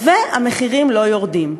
והמחירים לא יורדים.